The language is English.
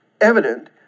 evident